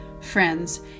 friends